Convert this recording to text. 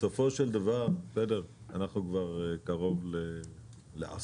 בסופו של דבר אנחנו מתנהלים כבר קרוב לעשור.